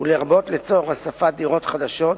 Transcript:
ולרבות לצורך הוספת דירות חדשות,